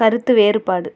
கருத்து வேறுபாடு